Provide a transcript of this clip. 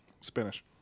Spanish